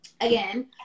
again